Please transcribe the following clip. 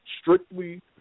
strictly